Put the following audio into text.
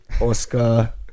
Oscar